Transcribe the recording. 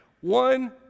One